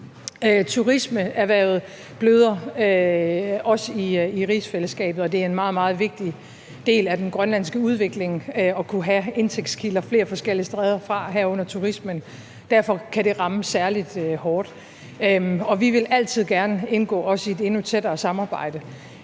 Turismeerhvervet bløder også i rigsfællesskabet, og det er en meget, meget vigtig del af den grønlandske udvikling at kunne have indtægtskilder flere forskellige steder fra, herunder fra turismen. Derfor kan det ramme særlig hårdt, og vi vil også altid gerne indgå i et endnu tættere samarbejde.